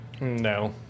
No